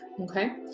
Okay